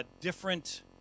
different